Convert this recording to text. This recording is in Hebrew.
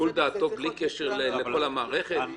--- שיקול דעתו בלי קשר לכל המערכת?